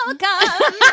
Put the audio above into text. Welcome